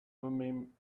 thummim